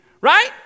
right